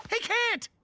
he can't!